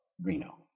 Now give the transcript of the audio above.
Reno